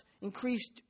increased